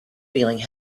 feeling